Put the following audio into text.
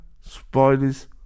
spiders